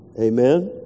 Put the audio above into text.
Amen